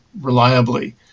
reliably